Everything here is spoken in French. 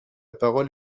parole